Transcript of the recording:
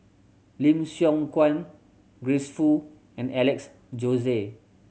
Lim Siong Guan Grace Fu and Alex Josey